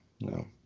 no